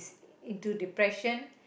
into depression